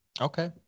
Okay